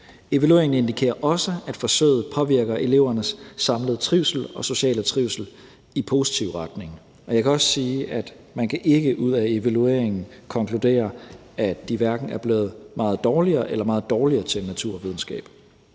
Evalueringen indikerer også, at forsøget påvirker elevernes samlede trivsel og sociale trivsel i positiv retning. Jeg kan også sige, at man ikke ud af evalueringen kan konkludere, at de er blevet meget bedre eller meget dårligere til naturvidenskab.